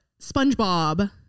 SpongeBob